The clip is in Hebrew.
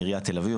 עיריית תל אביב,